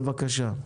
בבקשה.